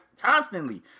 constantly